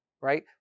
right